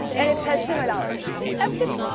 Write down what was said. and it has three modalities, haptic,